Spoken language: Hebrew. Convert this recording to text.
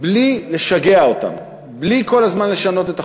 בלי לשגע אותם, בלי כל הזמן לשנות את החוקים.